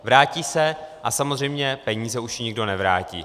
Vrátí se a samozřejmě peníze už jí nikdo nevrátí.